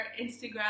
Instagram